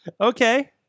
Okay